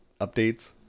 updates